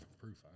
proof